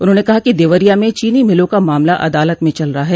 उन्होंने कहा कि देवरिया में चीनी मिलों का मामला अदालत में चल रहा है